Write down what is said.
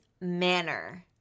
manner